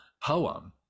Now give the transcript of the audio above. poem